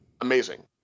amazing